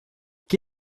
que